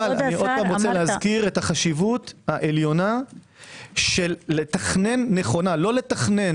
אני רוצה להזכיר את החשיבות העליונה של לתכנן נכונה לא לתכנן